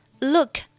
Look